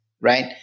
right